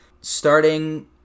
starting